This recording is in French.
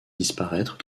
disparaître